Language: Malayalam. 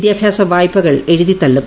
വിദ്യാഭ്യാസ വായ്പകൾ എഴുതിതള്ളും